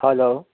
hello